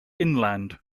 inland